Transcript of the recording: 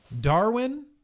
Darwin